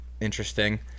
Interesting